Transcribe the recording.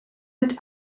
mit